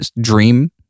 dream